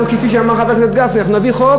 אנחנו, כפי שאמר חבר הכנסת גפני, נביא חוק